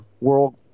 world